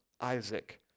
Isaac